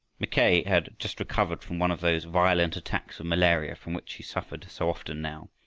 mackay had just recovered from one of those violent attacks of malaria from which he suffered so often now,